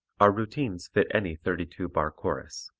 our routines fit any thirty two bar chorus.